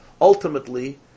ultimately